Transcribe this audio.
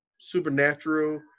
supernatural